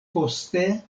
poste